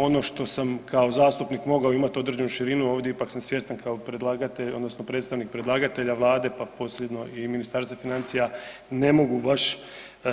Ono što sam kao zastupnik mogao imat određenu širinu ovdje ipak sam svjestan kao predlagatelj odnosno predstavnik predlagatelja vlade, pa posredno i Ministarstva financija, ne mogu baš